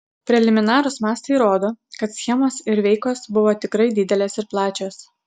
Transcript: preliminarūs mastai rodo kad schemos ir veikos buvo tikrai didelės ir plačios